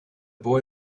boy